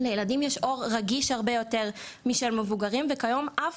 לילדים יש עור רגיש הרבה יותר מאשר למבוגרים וגם היום אף